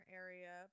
area